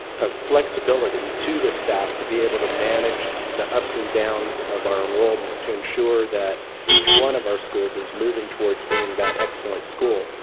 of flexibility to the staff to be able to manage the ups and downs of our enrollment to ensure that each one of our students is moving towards being that excellent school.